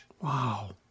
Wow